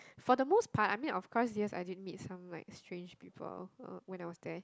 for the most part I mean of course yes I did meet some like strange people uh when I was there